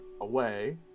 away